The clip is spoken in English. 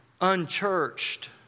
unchurched